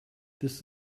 this